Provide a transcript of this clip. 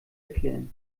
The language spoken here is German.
erklären